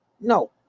No